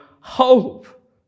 hope